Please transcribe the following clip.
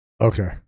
Okay